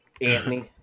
Anthony